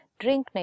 drink